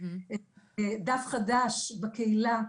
דף חדש בקהילה,